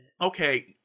okay